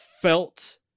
felt